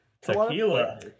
tequila